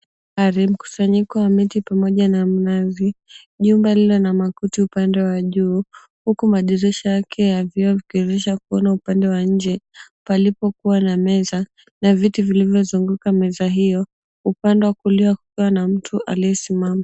Bahari, mkusanyiko wa miti pamoja na mnazi, jumba lililo na makuti upande wa juu, huku madirisha yake ya vioo vikionyesha kuona upande wa njee, palipo kuwa na meza na viti vilivyozunguka meza hiyo, upande wa kulia kukiwa na mtu aliyesimama.